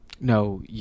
No